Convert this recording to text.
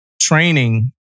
training